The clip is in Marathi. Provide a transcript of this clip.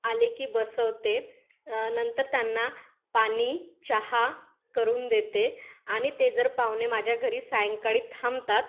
आले की बसवते नंतर त्यांना पाणी चहा करून देते आणि ते जर पाहुणे माझ्या घरी सायंकाळी थांबतात